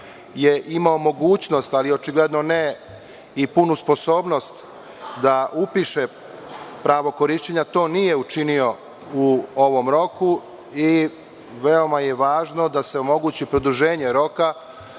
je imao mogućnost, ali očigledno ne i punu sposobnost da upiše pravo korišćenja, to nije učinio u ovom roku. Veoma je važno da se omogući produženja roka